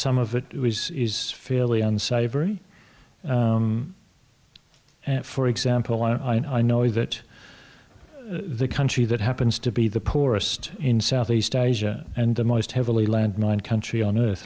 some of it is fairly unsavory for example i know that the country that happens to be the poorest in southeast asia and the most heavily land mine country on earth